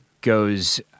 goes